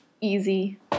easy